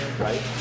right